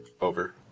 over